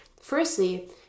firstly